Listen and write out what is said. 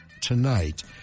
tonight